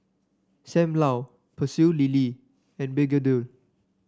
Sam Lau Pecel Lele and begedil